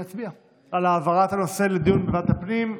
נצביע על העברת הנושא לדיון בוועדת הפנים.